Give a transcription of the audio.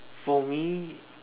for me